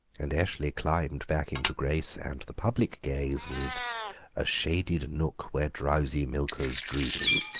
and eshley climbed back into grace and the public gaze with a shaded nook where drowsy milkers dream.